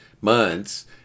months